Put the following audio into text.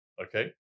okay